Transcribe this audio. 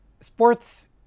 Sports